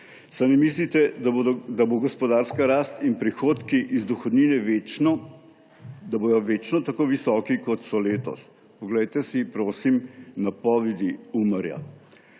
Saj ne mislite, da bodo gospodarska rast in prihodki iz dohodnine večno tako visoki, kot so letos? Poglejte si, prosim, napovedi Umarja.